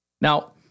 Now